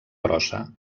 brossa